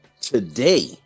today